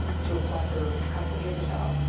to apply for custody of the child.